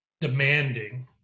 demanding